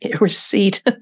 receipt